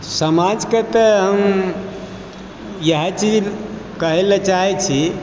समाज के तऽ हम इएह चीज कहै लए चाहै छी